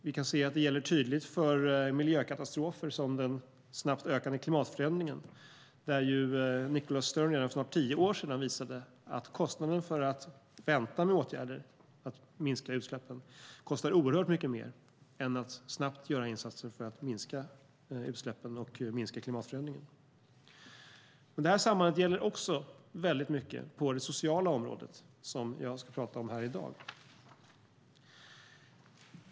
Vi kan se att det gäller tydligt för miljökatastrofer som den snabbt ökande klimatförändringen, där Nicholas Stern redan för snart tio år sedan visade att kostnaden för att vänta med åtgärder för att minska utsläppen kostar oerhört mycket mer än att snabbt göra insatser för att minska utsläppen och minska klimatförändringen. Men detta samband gäller också mycket på det sociala området, som jag ska tala om här i dag.